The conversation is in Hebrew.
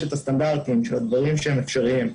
את הסטנדרטים והדברים שהם אפשריים,